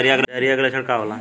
Diarrhoea के लक्षण का होला?